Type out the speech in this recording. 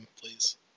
please